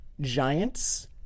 giants